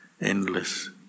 endless